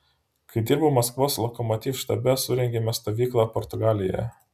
kai dirbau maskvos lokomotiv štabe surengėme stovyklą portugalijoje